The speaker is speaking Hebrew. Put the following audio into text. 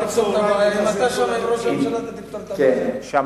אם אתה שם עם ראש הממשלה, אתה תפתור את הבעיה.